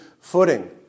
footing